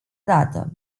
dată